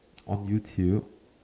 on YouTube